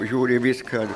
žiūri į viską